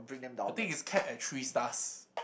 I think it's capped at three stars